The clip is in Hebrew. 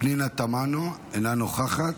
פנינה תמנו, אינה נוכחת.